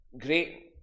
great